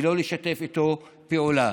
ולא לשתף איתו פעולה.